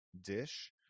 dish